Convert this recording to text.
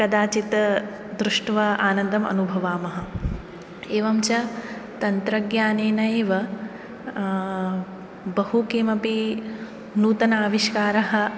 कदाचित् दृष्ट्वा आनन्दम् अनुभवामः एवञ्च तन्त्रज्ञानेनैव बहुकिमपि नूतनाविष्कारः